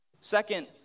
Second